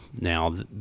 Now